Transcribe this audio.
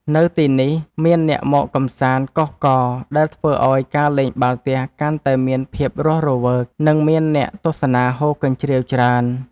នៅទីនេះមានអ្នកមកកម្សាន្តកុះករ ដែលធ្វើឱ្យការលេងបាល់ទះកាន់តែមានភាពរស់រវើក និងមានអ្នកទស្សនាហ៊ោរកញ្ជ្រៀវច្រើន។